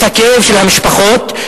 את הכאב של המשפחות,